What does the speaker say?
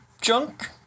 junk